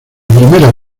primera